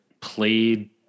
played